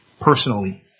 personally